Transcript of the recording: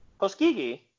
Hoskigi